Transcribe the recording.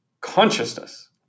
consciousness